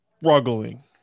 Struggling